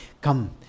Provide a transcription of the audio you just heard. Come